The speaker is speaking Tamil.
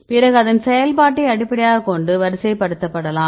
பிறகு அதன் செயல்பாட்டை அடிப்படையாகக் கொண்டு வரிசைப்படுத்தலாம்